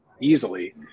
easily